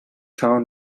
town